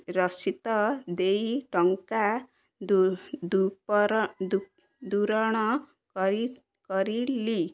ରସିିଦ ଦେଇ ଟଙ୍କା